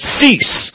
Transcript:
cease